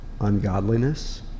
Ungodliness